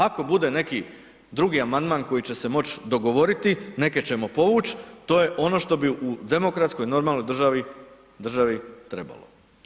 Ako bude neki drugi amandman koji će se moći dogovoriti, neke ćemo povući, to je ono što bi u demokratskoj normalnoj državi trebalo.